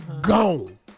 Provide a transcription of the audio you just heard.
Gone